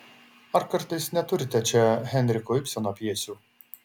ar kartais neturite čia henriko ibseno pjesių